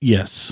Yes